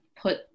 put